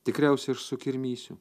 tikriausiai ir sukirmysiu